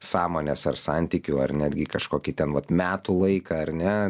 sąmonės ar santykių ar netgi kažkokį ten vat metų laiką ar ne